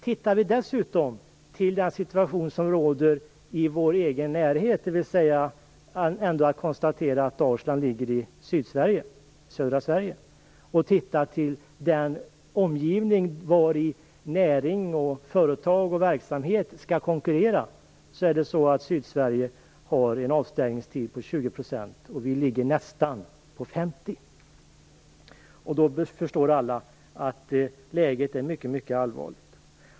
Tittar vi dessutom på den situation som råder i vår egen närhet, och konstaterar att Dalsland ligger i södra Sverige och att det är där som näring, företag och verksamhet skall konkurrera, finner vi att Sydsverige har en avstängningstid på 20 % och att vi ligger nästan på 50 %. Då förstår alla att läget är mycket allvarligt.